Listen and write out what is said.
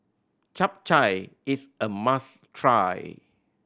Chap Chai is a must try